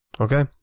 Okay